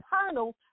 eternal